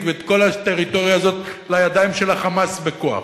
ואת כל הטריטוריה הזאת לידיים של ה"חמאס" בכוח?